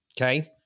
Okay